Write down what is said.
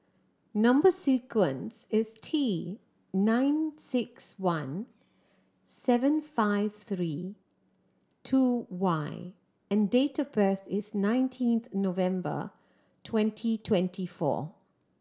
number sequence is T nine six one seven five three two Y and date of birth is nineteenth November twenty twenty four